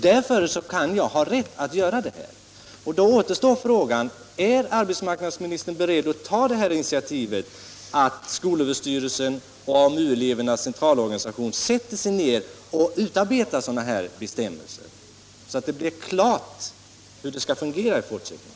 Därför kan jag ha rätt att föra fram saken här. Då återstår frågan: Är arbetsmarknadsministern beredd att ta det här initiativet att skolöverstyrelsen och AMU-elevernas centralorganisation sätter sig ned och utarbetar sådana här bestämmelser, så att det blir klart hur det skall fungera i fortsättningen?